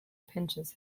pinches